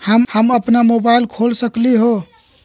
हम अपना मोबाइल से खोल सकली ह?